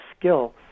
skill